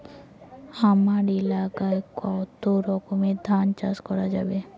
হামার এলাকায় কতো রকমের ধান চাষ করা যাবে?